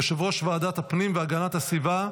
יושב-ראש ועדת הפנים והגנת הסביבה,